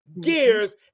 gears